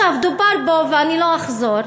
דובר פה, ואני לא אחזור,